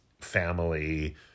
family